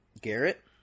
Garrett